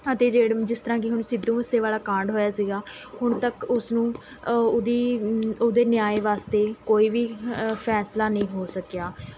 ਅਤੇ ਜਿਹੜੇ ਜਿਸ ਤਰ੍ਹਾਂ ਕਿ ਹੁਣ ਸਿੱਧੂ ਮੂਸੇਵਾਲਾ ਕਾਂਡ ਹੋਇਆ ਸੀਗਾ ਹੁਣ ਤੱਕ ਉਸਨੂੰ ਉਹਦੀ ਉਹਦੇ ਨਿਆਂਏ ਵਾਸਤੇ ਕੋਈ ਵੀ ਫ਼ੈਸਲਾ ਨਹੀਂ ਹੋ ਸਕਿਆ